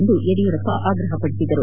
ಎಂದು ಯಡಿಯೂರಪ್ಪ ಆಗ್ರಹಪಡಿಸಿದರು